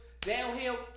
downhill